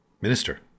minister